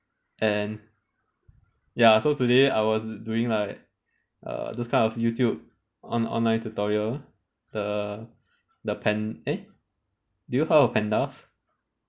and ya so today I was doing like err those kind of youtube on~ online tutorial the the pan~ eh do you heard of pandas